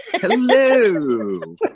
Hello